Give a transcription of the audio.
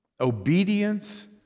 obedience